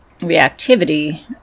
reactivity